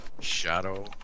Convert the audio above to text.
Shadow